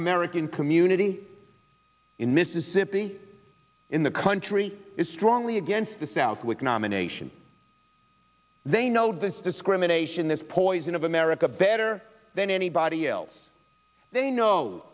american community in mississippi in the country is strongly against the southwick nomination they know this discrimination this poison of america better than anybody else they know